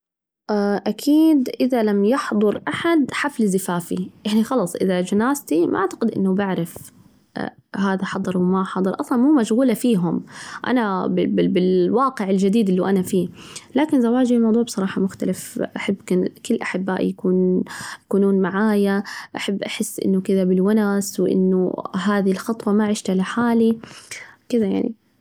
أكيد إذا لم يحضر أحد حفل زفافي، يعني خلص إذا جنازتي ما أعتقد إنه بعرف هذا حضر وما حضر، أصلاً مو مشغولة فيهم أنا بالواقع الجديد اللي أنا فيه، لكن زواجي الموضوع بصراحة مختلف، أحب كل أحبابي يكون يكونون معايا، أحب أحس إنه كذا بالونس، وإنه هذي الخطوة ما عشتها لحالي، كذا يعني.